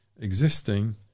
existing